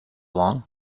along